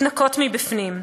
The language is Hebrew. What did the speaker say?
להתנקות מבפנים,